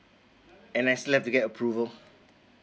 and I still have to get approval